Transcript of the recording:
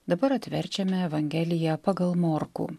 dabar atverčiame evangeliją pagal morkų